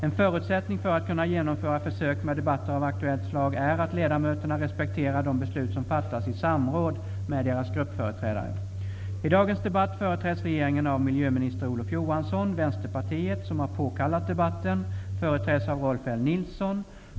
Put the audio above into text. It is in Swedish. En förutsättning för att kunna genomföra försök med debatter av aktuellt slag är att ledamöterna respekterar de beslut som fattats i samråd med deras gruppföreträdare. I dagens debatt företräds regeringen av miljöminister Olof Johansson . Vänsterpartiet, som har påkallat debatten, företräds av Rolf L Nilson.